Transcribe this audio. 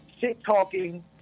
shit-talking